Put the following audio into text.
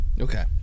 okay